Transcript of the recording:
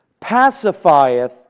pacifieth